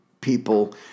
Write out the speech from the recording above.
people